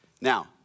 Now